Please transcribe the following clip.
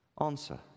Answer